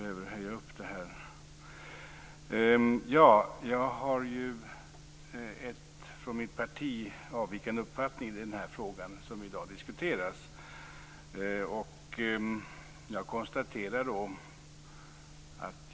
Herr talman! Jag har en från mitt parti avvikande uppfattning i den fråga som i dag diskuteras här.